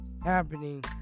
happening